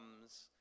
comes